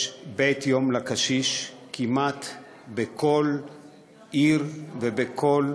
יש מרכז-יום לקשיש כמעט בכל עיר ובכל,